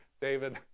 David